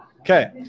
Okay